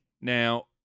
Now